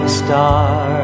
star